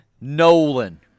Nolan